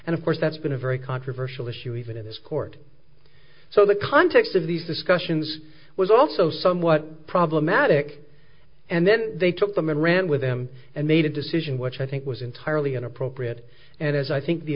and of course that's been a very controversial issue even in this court so the context of these discussions was also somewhat problematic and then they took them and ran with them and made a decision which i think was entirely inappropriate and as i think the